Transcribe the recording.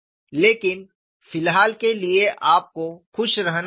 लेकिन फिलहाल के लिए आपको खुश रहना चाहिए